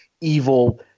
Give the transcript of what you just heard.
evil